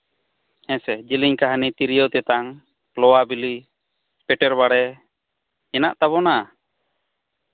ᱦᱮᱸᱥᱮ ᱡᱤᱞᱤᱧ ᱠᱟᱹᱦᱱᱤ ᱛᱤᱨᱭᱳ ᱛᱮᱛᱟᱝ ᱞᱚᱣᱟ ᱵᱤᱞᱤ ᱯᱮᱴᱮᱨ ᱵᱟᱲᱮ ᱦᱮᱱᱟᱜ ᱛᱟᱵᱚᱱᱟ